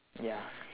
ya